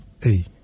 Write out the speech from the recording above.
hey